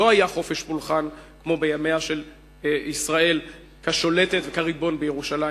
לא היה חופש פולחן כמו בימיה של ישראל כשולטת וכריבון בירושלים.